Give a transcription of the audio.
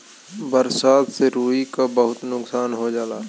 बरसात से रुई क बहुत नुकसान हो जाला